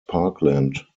parkland